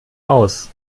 aus